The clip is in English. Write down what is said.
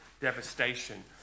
devastation